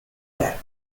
that